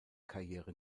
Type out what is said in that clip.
karriere